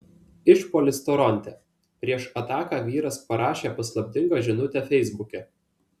išpuolis toronte prieš ataką vyras parašė paslaptingą žinutę feisbuke